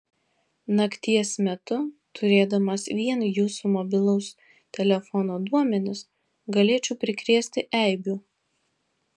nakties metu turėdamas vien jūsų mobilaus telefono duomenis galėčiau prikrėsti eibių